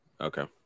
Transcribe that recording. Okay